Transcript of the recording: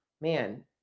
man